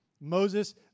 Moses